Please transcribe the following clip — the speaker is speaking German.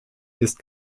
ist